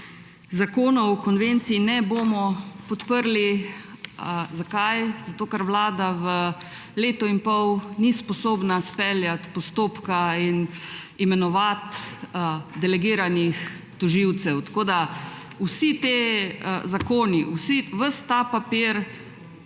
zakonov o konvenciji ne bomo podprli. Zakaj? Zato ker Vlada v letu in pol ni sposobna speljati postopka in imenovati delegiranih tožilcev. Vsi ti zakoni, ves ta papir